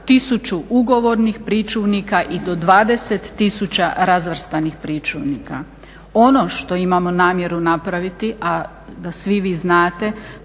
toga tisuću ugovornih pričuvnika i do 20 tisuća razvrstanih pričuvnika. Ono što imamo namjeru napraviti, a da svi vi znate